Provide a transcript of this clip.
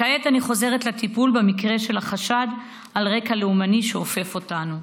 כעת אני חוזרת לטיפול במקרה של החשד על רקע לאומני שאופף אותנו.